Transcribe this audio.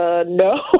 No